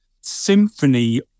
symphony